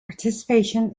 participation